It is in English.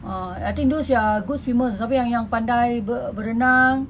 uh I think those who are good swimmers siapa yang pandai berenang